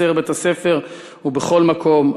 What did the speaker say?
בחצר בית-הספר ובכל מקום,